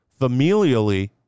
familially